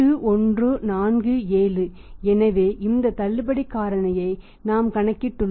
8147 எனவே இந்த தள்ளுபடி காரணியை நாம் கணக்கிட்டு உள்ளோம்